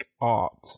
art